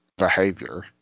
behavior